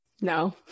No